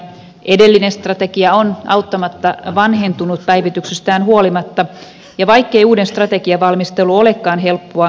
edellinen strategia on auttamatta vanhentunut päivityksestään huolimatta ja vaikkei uuden strategian valmistelu olekaan helppoa jo itse prosessi kannattaa